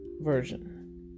Version